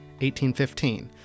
1815